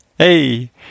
Hey